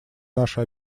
наши